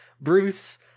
Bruce